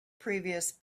previous